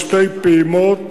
בשתי פעימות,